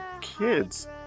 kids